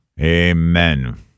Amen